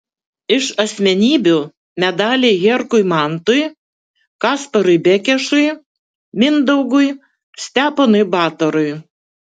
iš asmenybių medaliai herkui mantui kasparui bekešui mindaugui steponui batorui